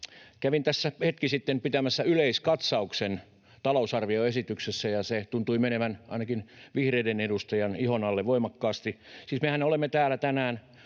Kävin tässä hetki sitten pitämässä yleiskatsauksen talousarvioesityksestä, ja se tuntui menevän ainakin vihreiden edustajan ihon alle voimakkaasti. Siis mehän olemme täällä tänään